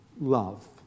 love